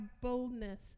boldness